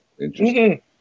Interesting